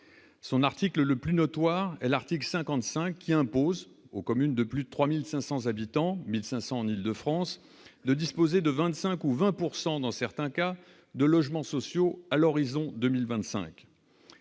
son article le plus notoire L article 55 qui impose aux communes de plus de 3500 habitants 1500 en Île-de-France, de disposer de 25 ou 20 pourcent dans dans certains cas, de logements sociaux à l'horizon 2025,